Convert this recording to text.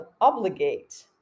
obligate